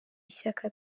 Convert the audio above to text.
ishyaka